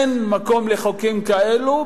אין מקום לחוקים כאלו,